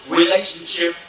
relationship